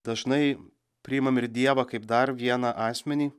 dažnai priimam ir dievą kaip dar vieną asmenį